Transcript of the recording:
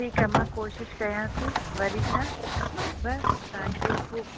ठीकु आहे मां कोशिशि कयां थी वरी सां हिक बार ऐं तव्हांखे बि खूब